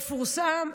מפורסם,